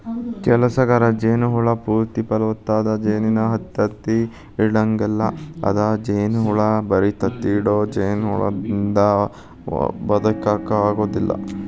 ಕೆಲಸಗಾರ ಜೇನ ಹುಳ ಪೂರ್ತಿ ಫಲವತ್ತಾದ ಜೇನಿನ ತತ್ತಿ ಇಡಂಗಿಲ್ಲ ಅದ್ಕ ಜೇನಹುಟ್ಟ ಬರಿ ತತ್ತಿ ಇಡೋ ಜೇನಹುಳದಿಂದ ಬದಕಾಕ ಆಗೋದಿಲ್ಲ